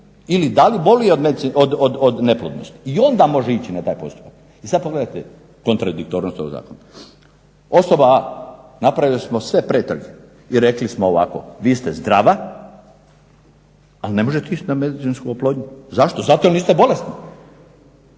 ili da li boluje od neplodnosti i onda može ići na taj postupak. E sad pogledajte kontradiktornost ovog zakona. Osoba A napravili smo sve pretrage i rekli smo ovako vi ste zdrava, ali ne možete ići na medicinsku oplodnju. Zašto? Zato jer niste bolesna.